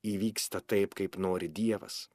įvyksta taip kaip nori dievas